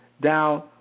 down